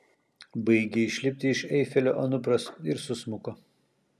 baigė išlipti iš eifelio anupras ir susmuko